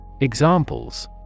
Examples